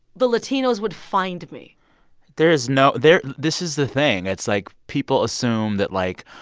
the latinos would find me there is no there this is the thing. it's like people assume that, like,